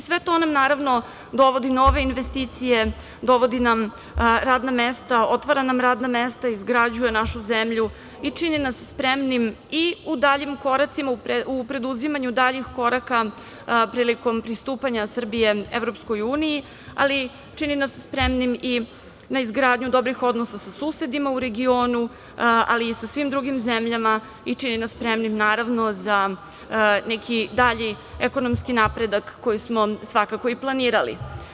Sve to nam, naravno, dovodi nove investicije, dovodi nam radna mesta, otvara nam radna mesta, izgrađuje našu zemlju i čini nas spremnim i u daljim koracima, u preduzimanju daljih koraka prilikom pristupanja Srbije EU, ali čini nas spremnim na izgradnju dobrih odnosa sa susedima u regionu, ali i sa svim drugim zemljama i čini nas spremnim, naravno, za neki dalji ekonomski napredak koji smo svakako i planirali.